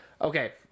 Okay